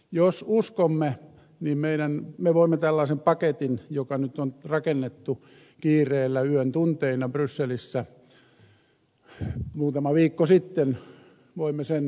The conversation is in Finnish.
jos uskomme niin me voimme tällaisen paketin joka nyt on rakennettu kiireellä yön tunteina brysselissä muutama viikko sitten hyväksyä